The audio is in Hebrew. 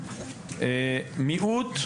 מיעוט,